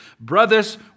Brothers